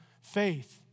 faith